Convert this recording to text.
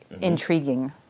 intriguing